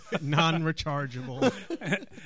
Non-rechargeable